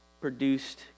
produced